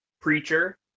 Preacher